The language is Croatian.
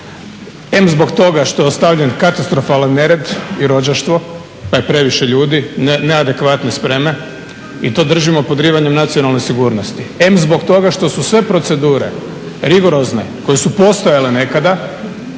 em zbog toga što je ostavljen katastrofalan nered i rođaštvo pa je previše ljudi neadekvatne spreme i to držimo pod rivanjem nacionalne sigurnosti, em zbog toga što su sve procedure rigorozne koje su postojale nekada